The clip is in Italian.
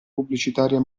pubblicitaria